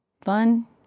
fun